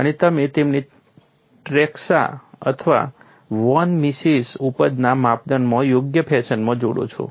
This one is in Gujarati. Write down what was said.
અને તમે તેમને ટ્રેસ્કા અથવા વોન મિસેસ ઉપજના માપદંડમાં યોગ્ય ફેશનમાં જોડો છો